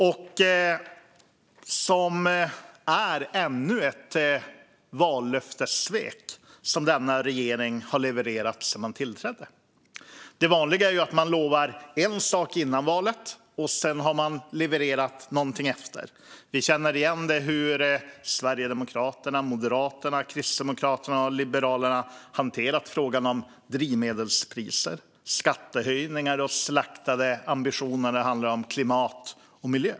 Det är ännu ett vallöftessvek som denna regering har levererat sedan man tillträdde. Det vanliga är ju att man har lovat en sak före valet och sedan levererat någonting annat efter. Vi känner igen det i hur Sverigedemokraterna, Moderaterna, Kristdemokraterna och Liberalerna har hanterat frågan om drivmedelspriser, skattehöjningar och slaktade ambitioner när det gäller klimat och miljö.